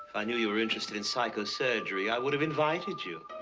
i knew you were interested in psychosurgery, i would have invited you.